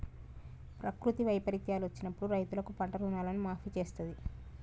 ప్రకృతి వైపరీత్యాలు వచ్చినప్పుడు రైతులకు పంట రుణాలను మాఫీ చేస్తాంది